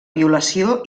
violació